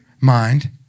mind